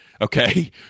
okay